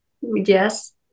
Yes